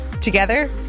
together